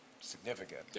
significant